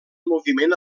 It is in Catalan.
moviment